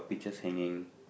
pictures hanging